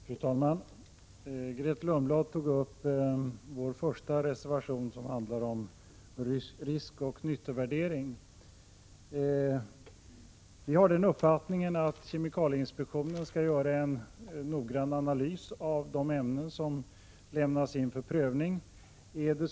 Fru talman! Grethe Lundblad tog upp vår första reservation, som handlar om risk och nyttovärdering. Vi har uppfattningen att kemikalieinspektionen skall göra en noggrann analys av de ämnen som lämnas in för prövning.